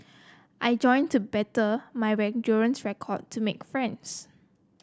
I joined to better my endurance record to make friends